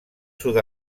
sud